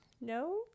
No